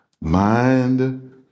mind